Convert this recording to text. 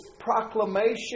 proclamation